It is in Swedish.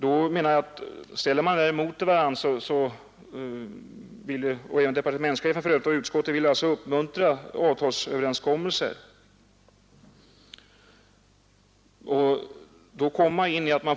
Detta betyder såvitt jag förstår att man även då får två system — för övrigt vill även departementschefen och utskottet uppmuntra sådana avtalsöverenskommelser.